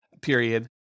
period